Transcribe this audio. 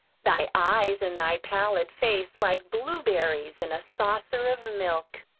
thy eyes in thy pallid face like blueberries in a saucer of milk.